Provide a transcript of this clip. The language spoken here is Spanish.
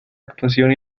actuación